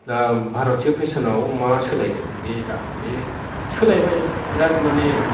दा भारतीय पेसोनाव मा सोलायदों बे दा बे सोलायबाय बिराद माने